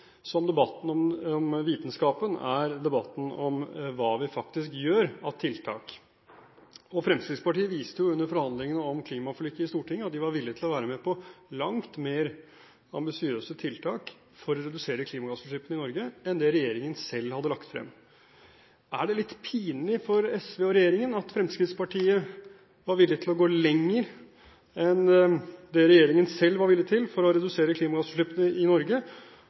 som debatten om vitenskapen er debatten om hva vi faktisk gjør av tiltak. Fremskrittspartiet viste under forhandlingene om klimaforliket i Stortinget at de var villige til å være med på langt mer ambisiøse tiltak for å redusere klimagassutslippene i Norge enn det regjeringen selv hadde lagt frem. Er det litt pinlig for SV og regjeringen at Fremskrittspartiet var villig til å gå lenger enn det regjeringen selv var villig til for å redusere klimagassutslippene i Norge?